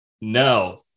no